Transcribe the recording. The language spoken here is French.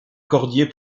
cordier